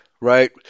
right